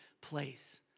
place